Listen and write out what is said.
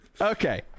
Okay